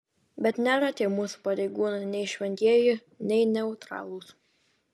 bet nėra tie mūsų pareigūnai nei šventieji nei neutralūs